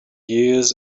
years